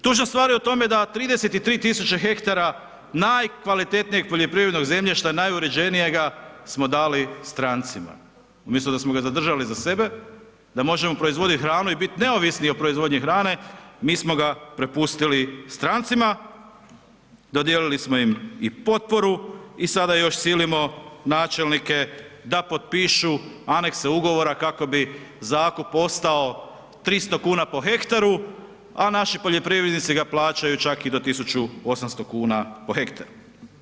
Tužna stvar u tome je da 330 000 ha najkvalitetnijeg poljoprivrednog zemljišta, najuređenijega smo dali strancima umjesto da smo ga zadržali za sebe, da možemo proizvodit hranu i bit neovisni o proizvodnji hrane, mi smo ga prepustili strancima, dodijelili smo im i potporu i sada još silimo načelnike da potpišu anekse ugovora kako bi zakup ostao 300 kn po hektaru a napi poljoprivrednici ga plaćaju čak i do 1800 kn po hektaru.